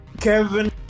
Kevin